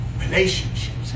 relationships